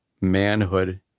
manhood